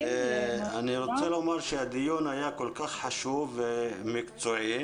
הדיון היה חשוב מאוד ומקצועי.